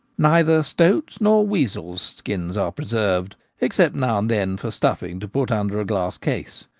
neither stoats' nor weasels' skins are preserved, except now and then for stuffing to put under a glass case,